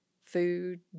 food